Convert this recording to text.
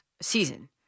season